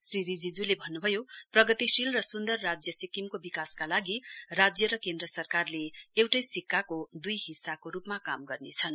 श्री रिजिज्ले भन्न्भयो प्रगतिशील र सुन्दर राज्य सिक्किमको बिकासका लागि राज्य र केन्द्र सरकारले एउटै सिक्किमको द्ई पक्षको रूपमा काम गर्नेछन्